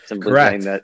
Correct